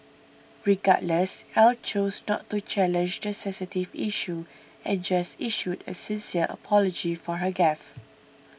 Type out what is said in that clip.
regardless Ell chose not to challenge the sensitive issue and just issued a sincere apology for her gaffe